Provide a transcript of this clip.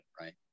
right